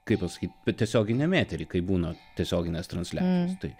kai pasakyt tiesioginiame etery kaip būna tiesioginės transliac tai